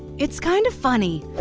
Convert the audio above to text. it's kind of funny.